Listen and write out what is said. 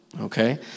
Okay